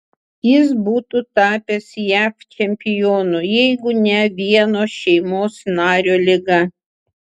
jis būtų tapęs jav čempionu jeigu ne vieno šeimos nario liga